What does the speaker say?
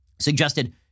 suggested